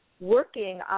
working